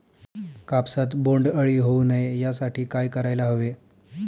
कापसात बोंडअळी होऊ नये यासाठी काय करायला हवे?